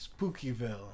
Spookyville